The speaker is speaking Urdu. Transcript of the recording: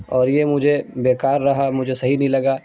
اور یہ مجھے بیکار رہا مجھے صحیح نہیں لگا